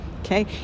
Okay